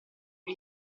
che